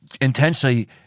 intentionally